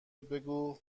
بگو